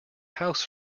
house